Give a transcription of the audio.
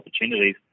opportunities